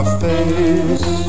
face